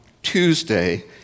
Tuesday